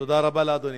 תודה רבה לאדוני.